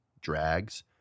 drags